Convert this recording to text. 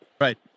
Right